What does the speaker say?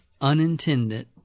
unintended –